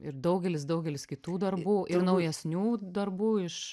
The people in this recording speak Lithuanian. ir daugelis daugelis kitų darbų ir naujesnių darbų iš